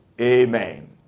Amen